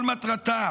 כל מטרתה